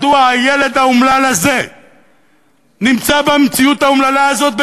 אדוני: מדוע הילד האומלל הזה נמצא במציאות האומללה הזאת,